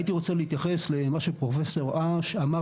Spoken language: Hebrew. הייתי רוצה להתייחס למה שפרופ' אש אמר